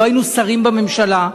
לא היינו שרים בממשלה.